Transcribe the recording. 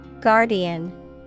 Guardian